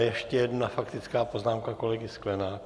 Ještě jedna faktická poznámka kolegy Sklenáka.